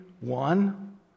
one